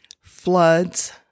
floods